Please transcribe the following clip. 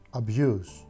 abuse